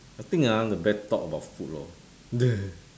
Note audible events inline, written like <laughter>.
I think ah the best talk about food lor <laughs>